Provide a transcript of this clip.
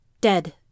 dead